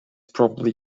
probably